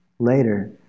Later